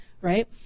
Right